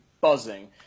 buzzing